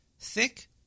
thick